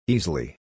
Easily